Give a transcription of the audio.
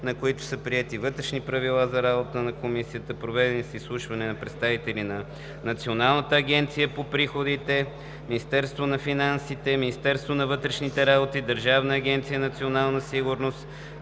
на които са приети Вътрешни правила за работа на Комисията; проведени са изслушвания на представители на Националната агенция за приходите (НАП); Министерството на финансите (МФ); Министерството на вътрешните работи (МВР); Държавната агенция „Национална сигурност“